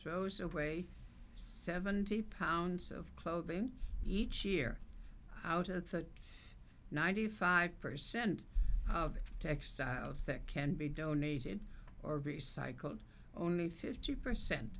away seventy pounds of clothing each year out of the ninety five percent of textiles that can be donated or recycled only fifty percent